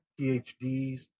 PhDs